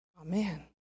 Amen